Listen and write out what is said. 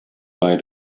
bei